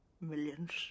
Millions